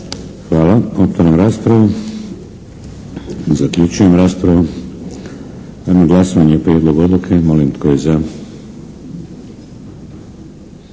Hvala. Otvaram raspravu. Zaključujem raspravu. Dajem na glasovanje Prijedlog odluke. Molim tko je za?